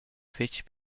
fetg